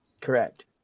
Correct